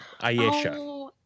ayesha